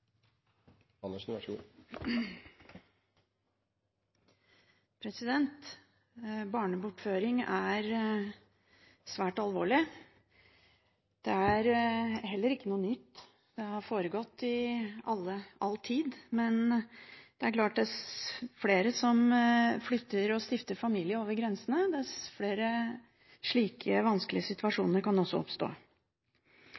svært alvorlig. Det er heller ikke noe nytt, det har foregått i all tid, men det er klart at dess flere som flytter og stifter familie over grensene, dess flere slike vanskelige